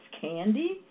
candy